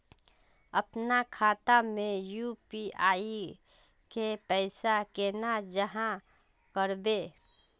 अपना खाता में यू.पी.आई के पैसा केना जाहा करबे?